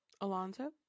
Alonso